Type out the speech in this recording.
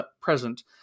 present